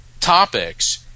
topics